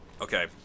Okay